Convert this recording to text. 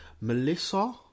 Melissa